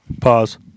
Pause